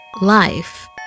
Life